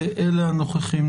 ואלו הנוכחים.